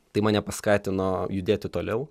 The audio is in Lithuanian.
tai mane paskatino judėti toliau